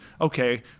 okay